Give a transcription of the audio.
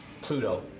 Pluto